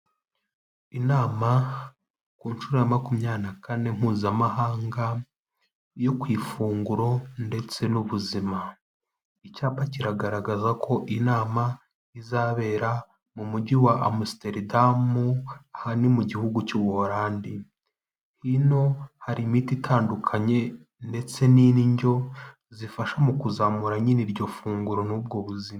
Inama ku nshuro ya makumyabiri na kane mpuzamahanga yo ku ifunguro ndetse n'ubuzima. Icyapa kiragaragaza ko inama izabera mu mujyi wa Amusiteridamu aha ni mu gihugu cy'u Buhorandi. Hino hari imiti itandukanye ndetse n'indyo zifasha mu kuzamura nyine iryo funguro n'ubwo buzima.